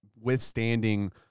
withstanding